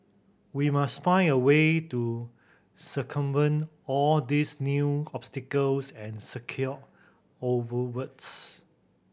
we must find a way to circumvent all these new obstacles and secure our votes